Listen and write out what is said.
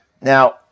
Now